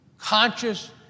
conscious